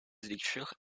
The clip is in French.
lecture